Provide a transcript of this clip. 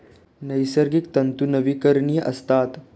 नैसर्गिक तंतू नवीकरणीय असतात